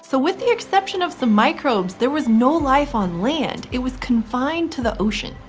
so with the exception of some microbes, there was no life on land it was confined to the ocean.